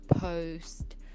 post